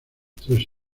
tres